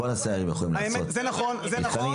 זה נכון.